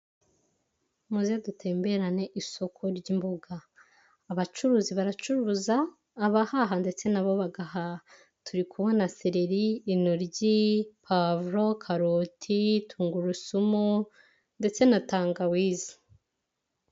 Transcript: Muze dutemberane isoko ry'imboga abacuruzi baracuruza ,abahaha ndetse nabo bagahaha turikubona sereri ,intoryi ,pavuru, karoti , tungurusumu ndetse na tangawizi.